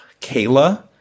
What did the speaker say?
Kayla